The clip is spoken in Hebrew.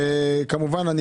כמובן,